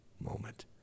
moment